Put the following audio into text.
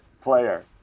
player